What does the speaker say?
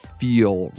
feel